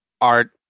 art